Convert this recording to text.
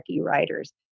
writers